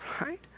right